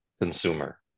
consumer